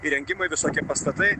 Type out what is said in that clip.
įrengimai visokie pastatai